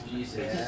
Jesus